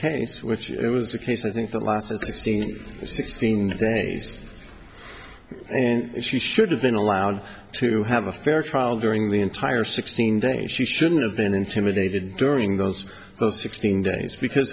case which it was the case i think the last sixteen sixteen days and she should have been allowed to have a fair trial during the entire sixteen days she shouldn't have been intimidated during those sixteen days because